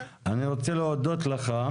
אני רוצה להודות לך.